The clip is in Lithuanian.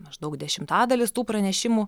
maždaug dešimtadalis tų pranešimų